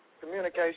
communication